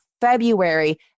february